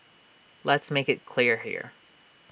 let's make IT clear here